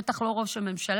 בטח לא ראש הממשלה,